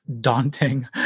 Daunting